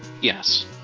Yes